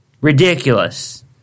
Ridiculous